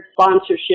sponsorship